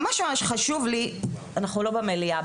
ממש ממש חשוב לי --- אנחנו לא במליאה,